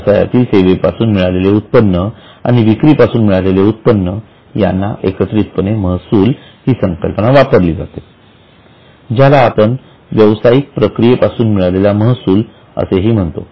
व्यवसायातील सेवेपासून मिळालेले उत्पन्न आणि विक्रीपासून मिळालेले उत्पन्न यांना एकत्रितपणे महसूल ही संकल्पना वापरली जाते ज्याला आपण व्यवसायिकप्रक्रिये पासून मिळालेला महसूल असे म्हणतो